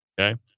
Okay